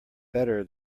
better